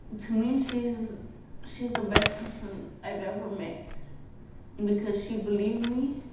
to me she's she's the best person i've ever met and because she believed me.